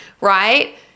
right